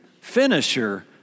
finisher